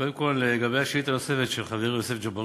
קודם כול לגבי השאלה הנוספת של החבר יוסף ג'בארין: